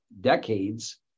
decades